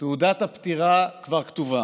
תעודת הפטירה כבר כתובה,